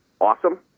awesome